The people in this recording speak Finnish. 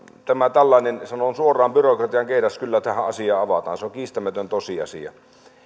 tämä tällainen sanon suoraan byrokratian keidas kyllä tähän asiaan avataan se on kiistämätön tosiasia